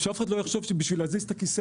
אז שאף אחד לא יחשוב שכדי להזיז את הכיסא